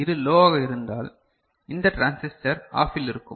எனவே Dஇன் லோவாக இருந்தால் இது லோவாக இருந்தால் இந்த டிரான்சிஸ்டர் ஆபில் இருக்கும்